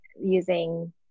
Using